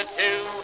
two